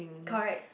correct